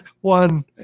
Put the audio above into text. one